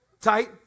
Tight